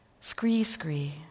scree-scree